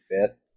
fit